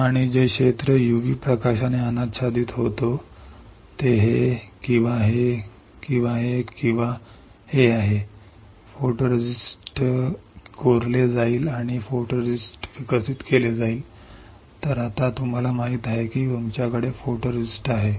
आणि जे क्षेत्र u v प्रकाशाने उघडले होते जे हे एक किंवा हे एक किंवा हे एक किंवा हे एक आहे